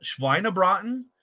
Schweinebraten